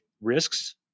risks